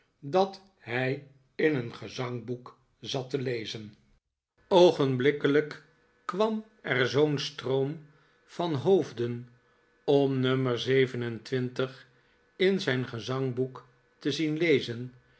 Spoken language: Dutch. dat hij in een gezangboek zat te lezen oogenblikkelijk kwam er zoo'n stroom van hoof den om nummer zeven en twintig in zijn gezangboek te zien lezen